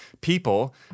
people